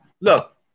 Look